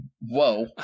Whoa